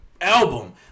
album